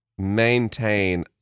Maintain